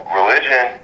religion